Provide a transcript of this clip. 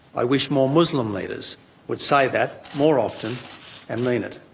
i wish more muslim leaders would say that more often and mean it.